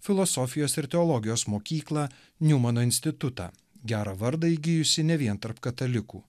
filosofijos ir teologijos mokyklą niumano institutą gerą vardą įgijusį ne vien tarp katalikų